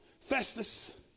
Festus